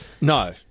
No